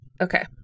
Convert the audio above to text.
Okay